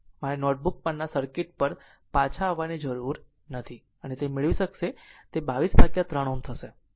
મારે notebook પરના circuit પર પાછા જવાની જરૂર નથી અને તે મેળવી શકશે તે 223 Ω થશે